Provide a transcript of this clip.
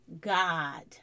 God